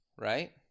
right